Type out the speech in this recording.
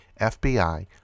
FBI